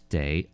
day